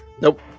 Nope